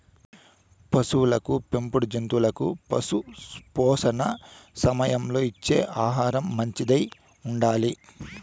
పసులకు పెంపుడు జంతువులకు పశుపోషణ సమయంలో ఇచ్చే ఆహారం మంచిదై ఉండాలి